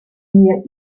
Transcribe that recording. mir